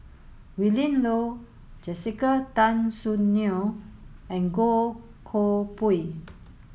Willin Low Jessica Tan Soon Neo and Goh Koh Pui